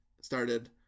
started